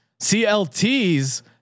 CLTs